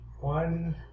One